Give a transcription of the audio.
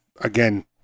again